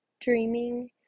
dreaming